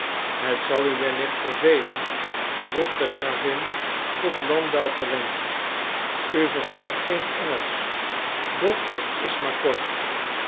het zal u wellicht vervelen vroeg de gravin tot landau gewend u verstaat geen engelsch doch het is maar kort